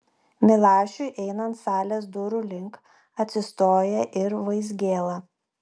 milašiui einant salės durų link atsistoja ir vaizgėla